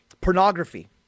pornography